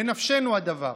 בנפשנו הדבר.